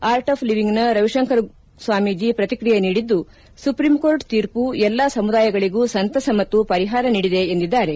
art of ಲಿವಿಂಗ್ನ ರವಿಶಂಕರ್ ಸ್ವಾಮೀಜಿ ಪ್ರತಿಕ್ರಿಯೆ ನೀಡಿದ್ದು ಸುಪ್ರೀಂ ಕೋರ್ಟ್ ತೀರ್ಮ ಎಲ್ಲಾ ಸಮುದಾಯಗಳಗೂ ಸಂತಸ ಮತ್ತು ಪರಿಹಾರ ನೀಡಿದೆ ಎಂದಿದ್ದಾರೆ